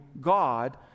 God